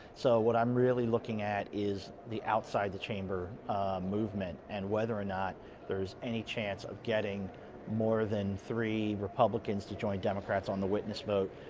so but i'm really looking at is the outside of the chamber movement. and whether or not there's any chance of getting more than three republicans to join democrats on the witness vote.